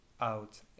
out